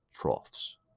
troughs